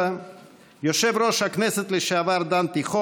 והיו עוד כמה סעיפים שדיברו על מעמדה בחוק-יסוד,